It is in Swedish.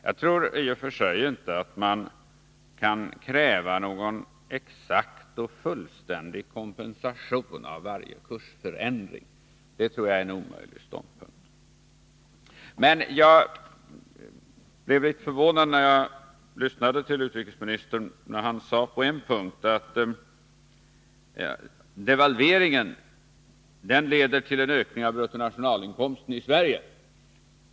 Jag tror inte att man kan kräva någon exakt och fullständig kompensation av varje kursförändring. Det är en omöjlig ståndpunkt. Jag blev förvånad när utrikesministern sade att ”devalveringens effekter i Sverige ökar bruttonationalinkomsten”.